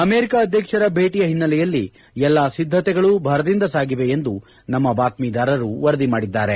America ಅಧ್ಯಕ್ಷರ ಭೇಟಿಯ ಹಿನ್ನೆಲೆಯಲ್ಲಿ ಎಲ್ಲ ಸಿದ್ದತೆಗಳು ಭರದಿಂದ ಸಾಗಿವೆ ಎಂದು ನಮ್ಮ ಬಾತ್ಮೀದಾರರು ವರದಿ ಮಾಡಿದ್ದಾರೆ